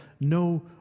no